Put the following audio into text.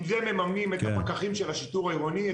עם זה מממנים את הפקחים של השיטור העירוני,